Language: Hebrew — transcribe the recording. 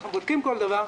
אנחנו בודקים כל דבר.